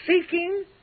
seeking